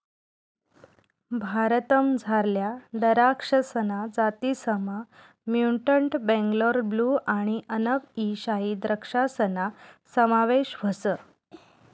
भारतमझारल्या दराक्षसना जातीसमा म्युटंट बेंगलोर ब्लू आणि अनब ई शाही द्रक्षासना समावेश व्हस